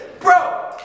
bro